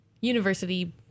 university